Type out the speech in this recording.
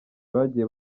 bagiye